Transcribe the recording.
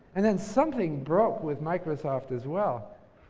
and then something broke with microsoft as well.